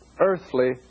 earthly